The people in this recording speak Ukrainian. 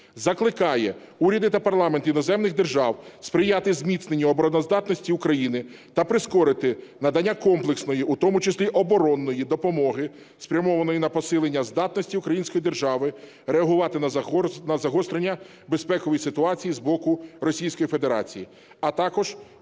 Закликає уряди та парламенти іноземних держав сприяти зміцненню обороноздатності України та прискорити надання комплексної у тому числі оборонної допомоги, спрямованої на посилення здатності української держави реагувати на загострення безпекової ситуації з боку Російської Федерації, а також підтримувати